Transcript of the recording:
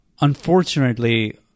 unfortunately